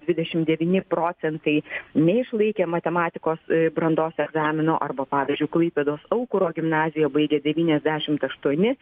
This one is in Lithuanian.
dvidešimt devyni procentai neišlaikė matematikos brandos egzamino arba pavyzdžiui klaipėdos aukuro gimnaziją baigė devyniasdešimt aštuoni